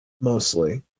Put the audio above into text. mostly